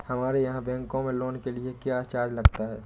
हमारे यहाँ बैंकों में लोन के लिए क्या चार्ज लगता है?